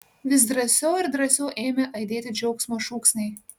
vis drąsiau ir drąsiau ėmė aidėti džiaugsmo šūksniai